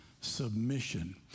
submission